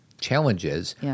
Challenges